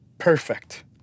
Perfect